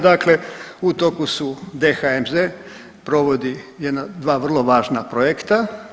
Dakle, u toku su DHMZ provodi jedan, dva vrlo važna projekta.